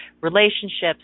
relationships